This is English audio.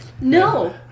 no